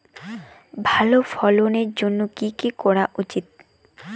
ভালো ফলনের জন্য কি কি করা উচিৎ?